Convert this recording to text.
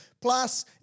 Plus